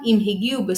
בסופו של דבר,